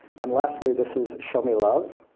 and lastly this is show me love.